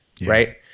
right